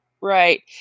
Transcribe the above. right